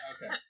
Okay